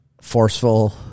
Forceful